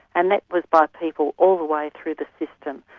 and that was by people all the way through the system,